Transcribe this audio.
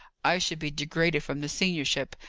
i should be degraded from the seniorship,